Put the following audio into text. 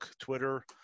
Twitter